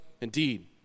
Indeed